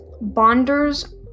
Bonders